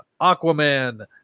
Aquaman